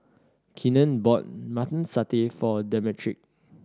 Keenen bought Mutton Satay for Demetric